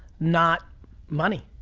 not money?